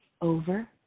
over